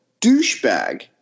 douchebag